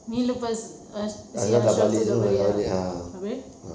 ini lepas ash~ si ashraf itu sudah balik ah habis